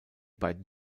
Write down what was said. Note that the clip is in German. beiden